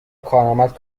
کارآمد